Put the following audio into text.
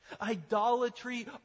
Idolatry